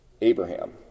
Abraham